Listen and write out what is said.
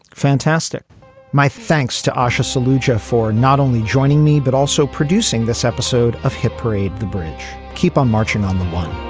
fantastic my thanks to asia solution for not only joining me, but also producing this episode of hit parade the bridge. keep on marching on the one